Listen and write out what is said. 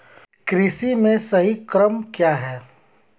कृषि में सही क्रम क्या है?